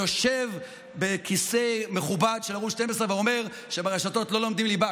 יושב בכיסא מכובד של ערוץ 12 ואומר שברשתות לא לומדים ליבה.